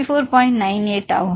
98 ஆகும்